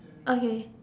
okay